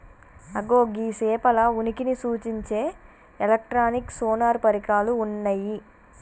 అగో గీ సేపల ఉనికిని సూచించే ఎలక్ట్రానిక్ సోనార్ పరికరాలు ఉన్నయ్యి